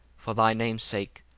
for thy name's sake,